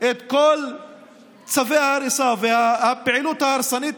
את כל צווי ההריסה והפעילות ההרסנית